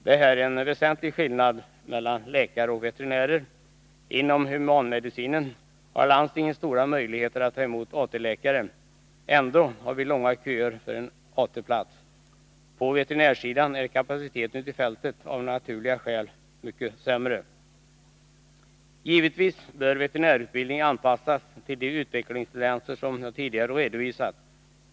Det är här en väsentlig skillnad mellan läkare och veterinärer. Inom humanmedicinen har landstingen stora möjligheter att ta emot AT-läkare. Ändå har vi långa köer för en AT-plats. På veterinärsidan är kapaciteten ute på fältet av naturliga skäl mycket sämre. Givetvis bör veterinärutbildningen anpassas till de utvecklingstendenser som jag tidigare redovisat.